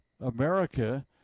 America